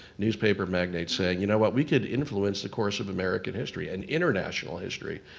newspaper magnates saying, you know but we could influence the course of american history and international history.